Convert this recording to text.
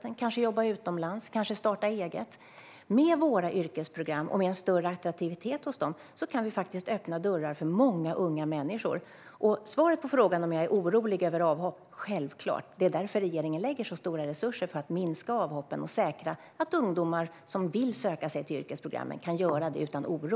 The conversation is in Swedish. De kan kanske jobba utomlands och kanske starta eget. Med våra yrkesprogram och större attraktivitet hos dem kan vi öppna dörrar för många unga människor. Svaret på frågan om jag är orolig över avhopp är: Självklart! Det är därför regeringen lägger så stora resurser på att minska avhoppen och säkra att ungdomar som vill söka sig till yrkesprogrammen kan göra det utan oro.